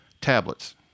tablets